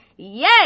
Yay